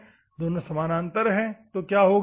यदि दोनों समानांतर हैं तो क्या होगा